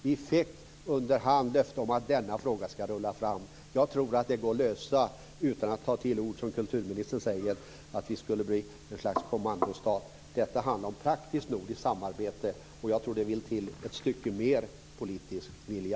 Vi fick under hand löfte om att denna fråga ska rulla vidare. Jag tror att det går att lösa utan att ta till de ord som kulturministern gjorde om att vi skulle bli ett slags kommandostat. Detta handlar om praktiskt nordiskt samarbete. Jag tror att det vill till lite mer politisk vilja.